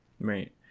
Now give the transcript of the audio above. Right